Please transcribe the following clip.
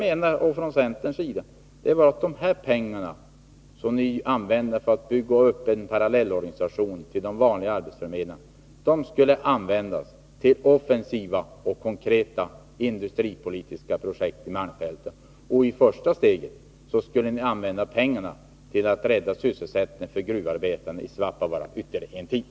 Vi från centerns sida menar att de pengar som ni vill använda, för att bygga upp en parallellorganisation till den vanliga arbetsförmedlingen skulle användas till offensiva och konkreta industripolitiska projekt i malmfälten. I första steget skulle de användas till att rädda sysselsättningen för gruvarbetarna i Svappavaara ytterligare en tid.